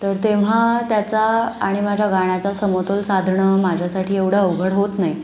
तर तेव्हा त्याचा आणि माझ्या गाण्याचा समतोल साधणं माझ्यासाठी एवढं अवघड होत नाही